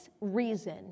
reason